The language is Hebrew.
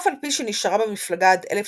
אף על פי שנשארה במפלגה עד 1966,